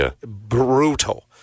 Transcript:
brutal